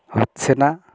হচ্ছে না